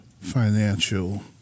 financial